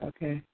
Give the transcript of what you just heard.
Okay